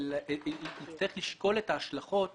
ההשלכות